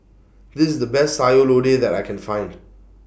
This IS The Best Sayur Lodeh that I Can Find